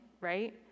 Right